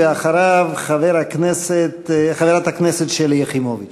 ואחריו, חברת הכנסת שלי יחימוביץ.